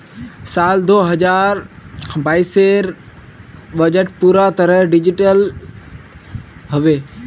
साल दो हजार बाइसेर बजट पूरा तरह डिजिटल हबे